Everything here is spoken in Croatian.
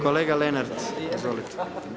Kolega Lenart, izvolite.